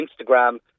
Instagram